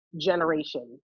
generation